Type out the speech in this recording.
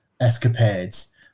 escapades